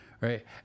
right